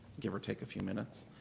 give or take a few minutes.